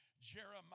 Jeremiah